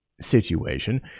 situation